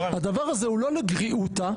הדבר הזה הוא לא לגריעותא,